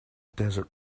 desert